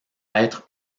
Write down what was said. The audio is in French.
être